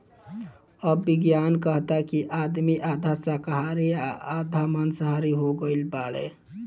अब विज्ञान कहता कि आदमी आधा शाकाहारी आ आधा माँसाहारी हो गईल बाड़े